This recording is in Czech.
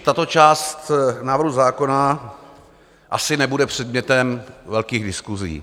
Tato část návrhu zákona asi nebude předmětem velkých diskusí.